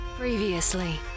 Previously